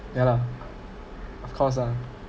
ya lah of course ah